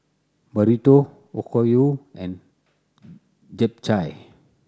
Burrito Okayu and Japchae